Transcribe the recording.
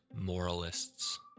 moralists